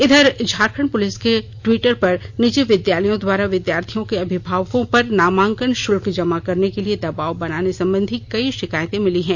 इधर झारखंड पुलिस के टिवटर पर निजी विद्यालयों द्वारा विद्यार्थियों के अभिभावकों पर नामांकन शल्क जमा करने के लिए दबाव बनाने संबंधी कई शिकायतें मिली है